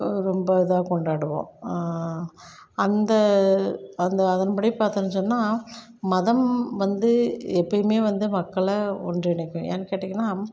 ரொம்ப இதாக கொண்டாடுவோம் அந்த அந்த அதன்படி பார்த்தம் சொன்னா மதம் வந்து எப்பையுமே வந்து மக்களை ஒன்றிணைக்கும் ஏன் கேட்டிங்கன்னா